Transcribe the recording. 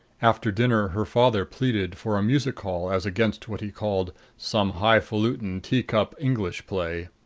after dinner her father pleaded for a music-hall as against what he called some highfaluting, teacup english play.